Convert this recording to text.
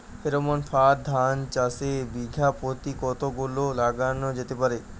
Pheromone ফাঁদ ধান চাষে বিঘা পতি কতগুলো লাগানো যেতে পারে?